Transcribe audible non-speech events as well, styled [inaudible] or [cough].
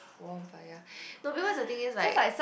warm fire [breath] no because the thing is right